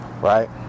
right